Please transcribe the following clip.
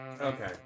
Okay